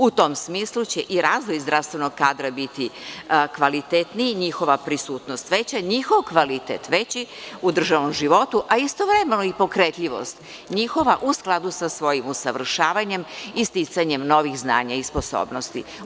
U tom smislu će i razvoj zdravstvenog kadra biti kvalitetniji, njihova prisutnost veća, njihov kvalitet veći u državnom životu, a istovremeno i pokretljivost, njihova u skladu sa svojim usavršavanjem i sticanjem novih znanja i sposobnosti.